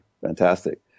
Fantastic